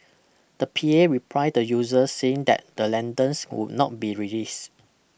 the P A replied the users saying that the lanterns would not be released